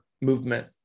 movement